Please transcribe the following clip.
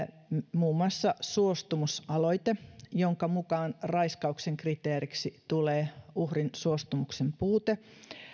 muun muassa suostumusaloite jonka mukaan raiskauksen kriteeriksi tulee uhrin suostumuksen puute